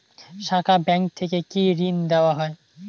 শাখা ব্যাংক থেকে কি ঋণ দেওয়া হয়?